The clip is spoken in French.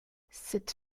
cette